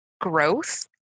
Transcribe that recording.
growth